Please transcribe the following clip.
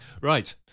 Right